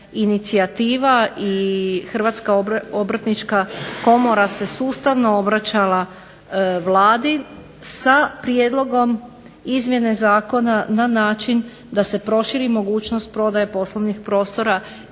inicijativa i Hrvatska obrtnička komora se sustavno obraćala Vladi sa prijedlogom izmjene Zakona na način da se proširi mogućnost prodaje poslovnih prostora